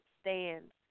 stands